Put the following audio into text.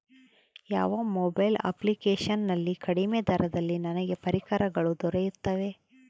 ಯಾವ mobile application ನಲ್ಲಿ ಕಡಿಮೆ ದರದಲ್ಲಿ ನನಗೆ ಪರಿಕರಗಳು ದೊರೆಯುತ್ತವೆ?